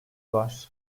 var